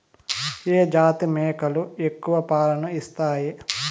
ఏ జాతి మేకలు ఎక్కువ పాలను ఇస్తాయి?